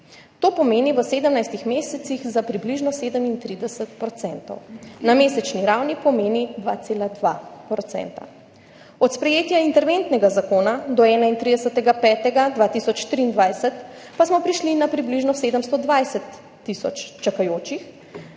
To pomeni v 17 mesecih za približno 37 %. Na mesečni ravni pomeni 2,2 %. Od sprejetja interventnega zakona do 31. 5. 2023 pa smo prišli na približno 720 tisoč čakajočih,